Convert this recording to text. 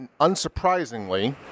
unsurprisingly